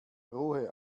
ruhe